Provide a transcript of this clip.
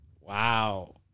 Wow